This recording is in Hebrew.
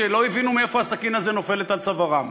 שלא הבינו מאיפה הסכין הזאת נופלת על צווארם,